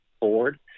board